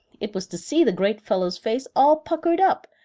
it was to see the great fellow's face all puckered up,